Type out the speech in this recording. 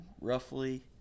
roughly